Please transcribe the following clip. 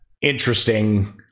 interesting